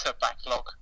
backlog